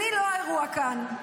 אני לא האירוע כאן.